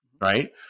right